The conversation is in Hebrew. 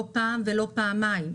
לא פעם ולא פעמיים,